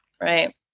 right